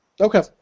Okay